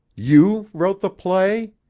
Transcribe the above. you wrote the play?